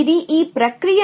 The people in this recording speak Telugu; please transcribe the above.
ఇది ఈ ప్రక్రియ